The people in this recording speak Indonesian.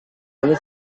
angin